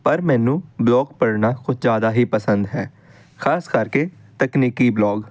ਪਰ ਮੈਨੂੰ ਬਲੋਗ ਪੜ੍ਹਨਾ ਕੁਛ ਜ਼ਿਆਦਾ ਹੀ ਪਸੰਦ ਹੈ ਖਾਸ ਕਰਕੇ ਤਕਨੀਕੀ ਬਲੋਗ